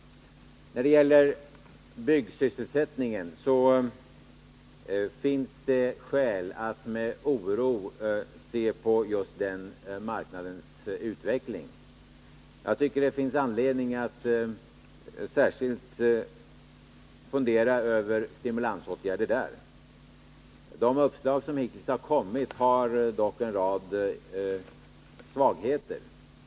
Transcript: När det gäller byggsysselsättningen finns det skäl att med oro se på just den marknadens utveckling. Jag tycker att det finns anledning att fundera över stimulansåtgärder särskilt på det området. De uppslag som hittills har kommit har dock en rad svagheter.